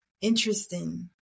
interesting